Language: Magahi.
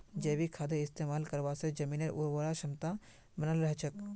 जैविक खादेर इस्तमाल करवा से जमीनेर उर्वरक क्षमता बनाल रह छेक